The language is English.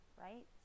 right